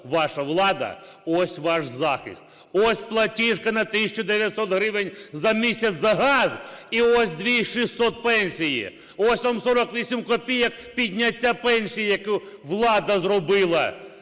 ваша влада, ось ваш захист. Ось платіжки на 1900 гривень за місяць за газ і ось 2600 пенсії. Ось вам 48 копійок підняття пенсії, яку влада зробила".